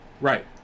Right